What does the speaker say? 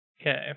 Okay